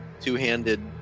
two-handed